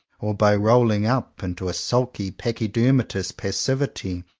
or by rolling up into a sulky pachydermatous passivity,